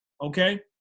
Okay